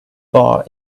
bar